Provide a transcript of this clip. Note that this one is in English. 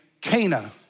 Cana